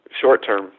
short-term